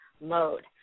mode